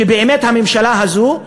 שבאמת הממשלה הזאת,